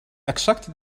exacte